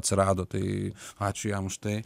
atsirado tai ačiū jam už tai